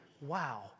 wow